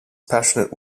passionate